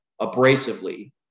abrasively